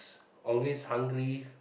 always hungry